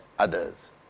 others